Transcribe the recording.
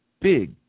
big